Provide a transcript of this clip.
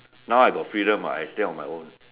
now I got freedom what I stay on my own